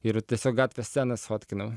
ir tiesiog gatvės scenas fotkinau